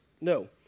No